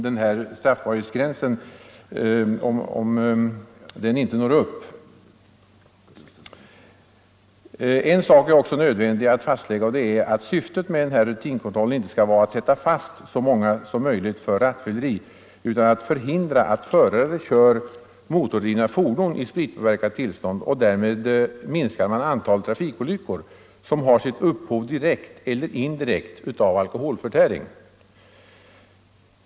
Det är nödvändigt att slå fast att syftet med rutinkontrollen inte skall vara att sätta fast så många som möjligt för rattfylleri utan att förhindra att förare kör motordrivna fordon i spritpåverkat tillstånd. Vi måste minska antalet trafikolyckor, som har sitt upphov direkt eller indirekt i alkoholförtäring.